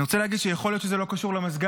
אני רוצה להגיד שיכול להיות שזה לא קשור למזגן,